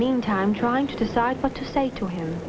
meantime trying to decide what to say to him